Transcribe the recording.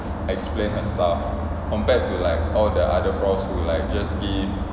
explained her stuff compared to like all the other profs who like just give